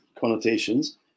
connotations